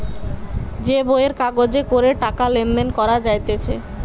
যে বইয়ের কাগজে করে টাকা লেনদেন করা যাইতেছে